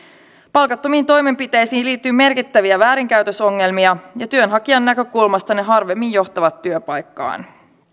palkattomiin toimenpiteisiin liittyy merkittäviä väärinkäytösongelmia ja työnhakijan näkökulmasta ne harvemmin johtavat työpaikkaan